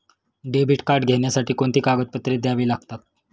Debit card घेण्यासाठी कोणती कागदपत्रे द्यावी लागतात?